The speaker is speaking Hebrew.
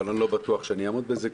אבל אני לא בטוח שאעמוד בזה,